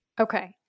Okay